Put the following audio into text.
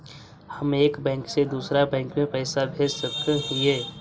हम एक बैंक से दुसर बैंक में पैसा भेज सक हिय?